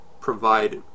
provide